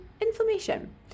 inflammation